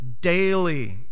Daily